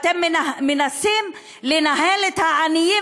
אתם מנסים לנהל את העניים